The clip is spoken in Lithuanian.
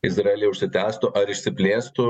izraelyje užsitęstų ar išsiplėstų